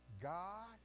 God